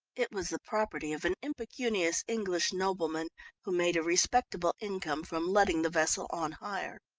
it was the property of an impecunious english nobleman who made a respectable income from letting the vessel on hire.